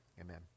amen